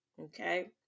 okay